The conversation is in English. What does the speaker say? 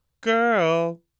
Girl